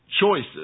Choices